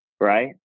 Right